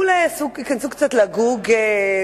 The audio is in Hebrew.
שאולי ייכנסו קצת ל"גוגל",